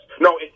No